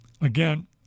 Again